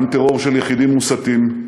גם טרור של יחידים מוסתים,